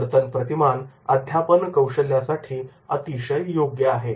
वर्तन प्रतिमान अध्यापन कौशल्यासाठी अतिशय योग्य आहे